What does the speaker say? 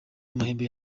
amahembe